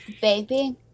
Baby